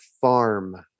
farm